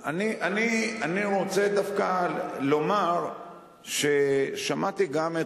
אני רוצה דווקא לומר ששמעתי גם את